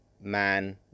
man